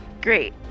great